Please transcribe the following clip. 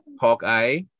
Hawkeye